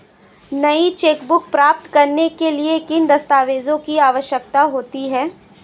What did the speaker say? नई चेकबुक प्राप्त करने के लिए किन दस्तावेज़ों की आवश्यकता होती है?